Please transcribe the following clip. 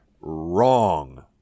Wrong